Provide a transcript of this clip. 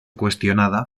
cuestionada